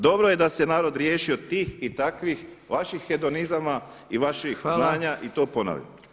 Dobro je da se narod riješio tih i takvih vaših hedonizama i vaših zvanja i to ponavljam.